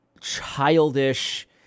childish